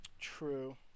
True